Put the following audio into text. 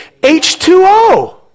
H2O